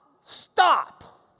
Stop